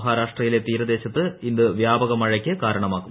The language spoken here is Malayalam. മഹാരാഷ്ട്രയിലെ തീരദേശത്ത് ഇത് വ്യാപക മഴയ്ക്ക് കാരണമാകും